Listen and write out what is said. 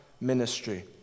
ministry